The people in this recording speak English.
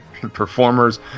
performers